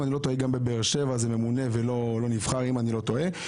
אם אני לא טועה גם בבאר שבע זה ממונה ולא נבחר,